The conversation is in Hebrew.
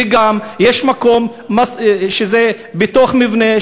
ויש מקום בתוך מבנה,